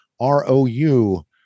R-O-U